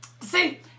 See